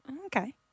okay